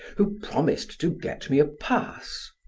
who promised to get me a pass.